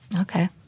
Okay